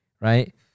right